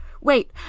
wait